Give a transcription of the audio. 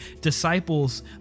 disciples